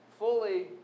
fully